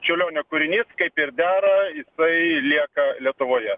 čiurlionio kūrinys kaip ir dera jisai lieka lietuvoje